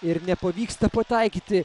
ir nepavyksta pataikyti